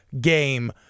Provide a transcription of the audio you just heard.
game